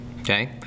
okay